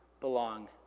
belong